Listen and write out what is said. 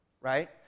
right